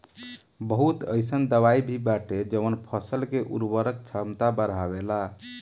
बहुत अईसन दवाई भी बाटे जवन फसल के उर्वरक क्षमता बढ़ावेला